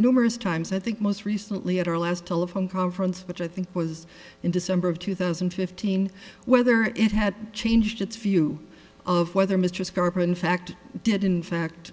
numerous times i think most recently at our last telephone conference which i think was in december of two thousand and fifteen whether it had changed its view of whether mr scarper in fact did in fact